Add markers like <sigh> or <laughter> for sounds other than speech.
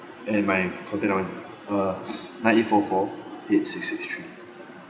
and my contact num~ uh <breath> nine eight four four eight six six three